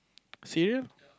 cereal